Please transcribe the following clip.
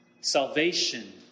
salvation